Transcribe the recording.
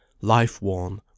Life-worn